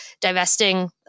divesting